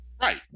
right